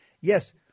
Yes